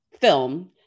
film